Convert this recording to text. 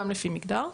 גם לפי מגדר,